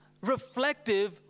reflective